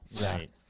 Right